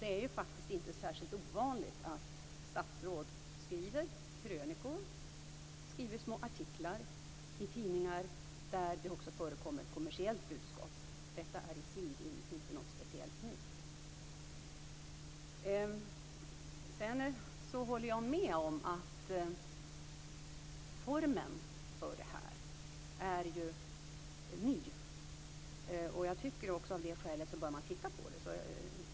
Det är ju faktiskt inte särskilt ovanligt att statsråd skriver krönikor eller små artiklar i tidningar där det också förekommer kommersiella budskap. Detta är i sig inte något speciellt nytt. Jag håller med om att formen för det här är ny, och jag tycker också att av det skälet bör man titta på det här.